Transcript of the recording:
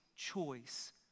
choice